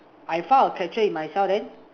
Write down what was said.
I found a catcher in myself then